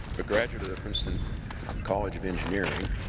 a graduate of the princeton college of engineering,